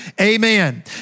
amen